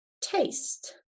taste